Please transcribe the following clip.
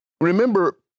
remember